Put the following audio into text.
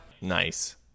nice